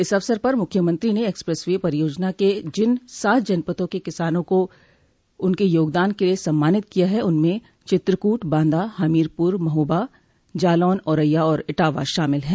इस अवसर पर मुख्यमंत्री ने एक्सप्रेस वे परियोजना के जिन सात जनपदों के किसानों को उनके योगदान के लिये सम्मानित किया है उनमें चित्रकूट बांदा हमीरपुर महोबा जालौन औरैया और इटावा शामिल हैं